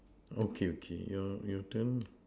okay okay your your turn